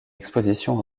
exposition